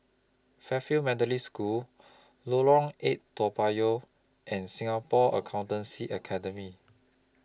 Fairfield Methodist School Lorong eight Toa Payoh and Singapore Accountancy Academy